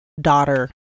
daughter